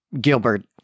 Gilbert